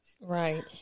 right